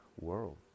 world